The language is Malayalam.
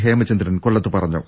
ഹേമചന്ദ്രൻ കൊല്ലത്ത് പറഞ്ഞു